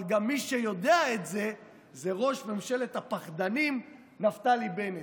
אבל מי שיודע את זה הוא גם ראש ממשלת הפחדנים נפתלי בנט.